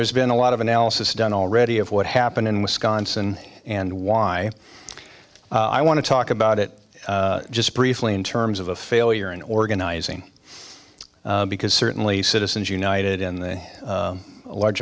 there's been a lot of analysis done already of what happened in wisconsin and why i want to talk about it just briefly in terms of a failure in organizing because certainly citizens united in the large